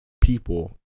people